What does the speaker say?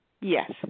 Yes